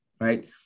right